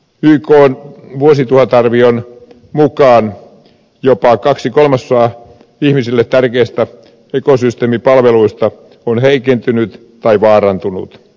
ykn vuosituhatarvion mukaan jopa kaksi kolmasosaa ihmisille tärkeistä ekosysteemipalveluista on heikentynyt tai vaarantunut